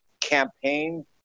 campaign